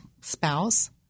spouse